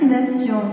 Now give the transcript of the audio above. destination